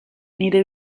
nire